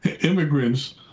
Immigrants